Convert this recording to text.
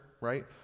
right